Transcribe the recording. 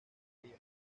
fría